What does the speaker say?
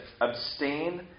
abstain